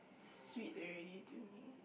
sweet already to me